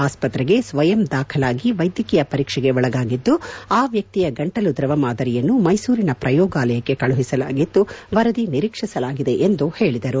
ಆಸ್ತತೆಗೆ ಸ್ವಯಂ ದಾಖಲಾಗಿ ವೈದ್ಯಕೀಯ ಪರೀಕ್ಷೆಗೆ ಒಳಗಾಗಿದ್ದು ಆ ವ್ಯಕ್ತಿಯ ಗಂಟಲು ದ್ರವ ಮಾದರಿಯನ್ನು ಮೈಸೂರಿನ ಪ್ರಯೋಗಾಲಯಕ್ಕೆ ಕಳುಹಿಸಲಾಗಿದ್ದು ವರದಿ ನಿರೀಕ್ಷಿಸಲಾಗಿದೆ ಎಂದು ಹೇಳಿದರು